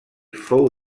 fou